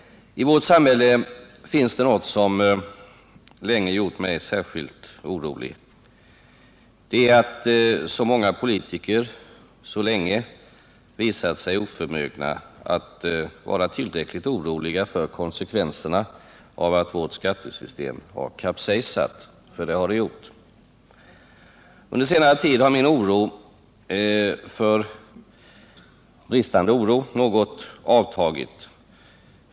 I vårt samhälle finns det något som länge gjort mig särskilt bekymrad. Det är att så många politiker så länge visat sig oförmögna att vara tillräckligt oroliga för konsekvenserna av att vårt skattesystem har kapsejsat — det har det nämligen gjort. Under senare tid har mina bekymmer över denna bristande oro något minskat.